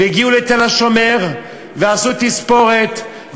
הגיעו לתל-השומר ועשו תספורת,